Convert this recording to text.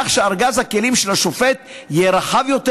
כך שארגז הכלים של השופט יהיה רחב יותר,